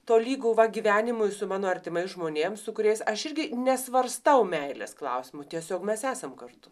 tolygu gyvenimui su mano artimais žmonėm su kuriais aš irgi nesvarstau meilės klausimų tiesiog mes esam kartu